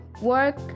work